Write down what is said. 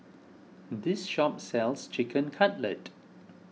this shop sells Chicken Cutlet